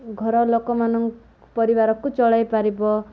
ଘର ଲୋକମାନ ପରିବାରକୁ ଚଳାଇ ପାରିବ